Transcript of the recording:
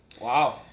Wow